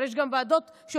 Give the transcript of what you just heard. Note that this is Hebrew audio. אבל יש גם ועדות שעובדות.